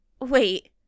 Wait